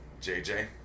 JJ